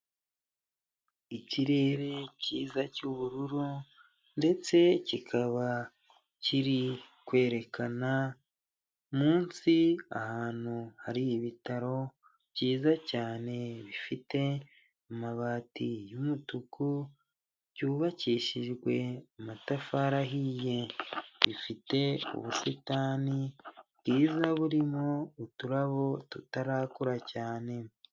Ikirere cyiza cy'ubururu ndetse kikaba kiri kwerekana munsi ahantu hari ibitaro byiza cyane, bifite amabati y'umutuku byubakishijwe amatafari ahiye, bifite ubusitani bwiza burimo uturabo tutarakura cyane.